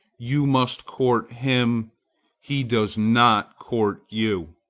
you must court him he does not court you.